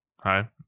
hi